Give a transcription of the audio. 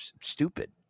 stupid